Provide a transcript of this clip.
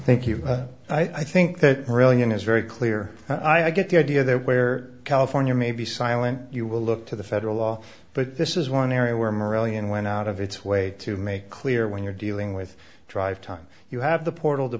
thank you thank you i think that really it is very clear i get the idea that where california may be silent you will look to the federal law but this is one area where one million went out of its way to make clear when you're dealing with drive time you have the portal